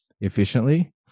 efficiently